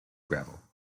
gravel